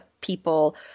people